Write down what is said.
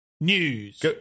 News